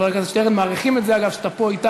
חבר הכנסת שטרן, מעריכים את זה, אגב, שאתה פה אתנו